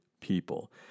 people